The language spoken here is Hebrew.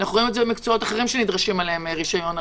אנחנו רואים את זה במקצועות אחרים שנדרש להם רישיון.